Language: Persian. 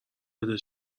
بده